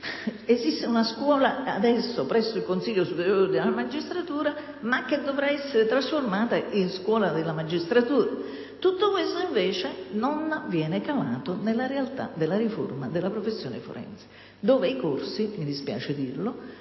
esiste una scuola adesso presso il Consiglio superiore della magistratura che dovrà essere trasformata in scuola della magistratura. Tutto questo, invece, non viene calato nella realtà della riforma della professione forense, dove i corsi - mi dispiace dirlo